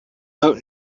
out